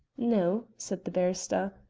no, said the barrister.